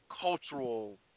cultural